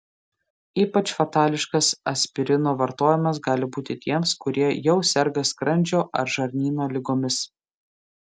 ypač fatališkas aspirino vartojimas gali būti tiems kurie jau serga skrandžio ar žarnyno ligomis